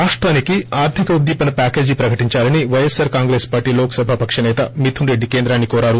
రాష్టానికి ఆర్లిక ఉద్దీపన ప్యాకేజీ ప్రకటించాలని పైఎస్సార్ కాంగ్రెస్ పార్టీ లోక్సభా పక్ష సేత మిథున్ రెడ్డి కేంద్రాన్ని కోరారు